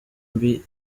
mbi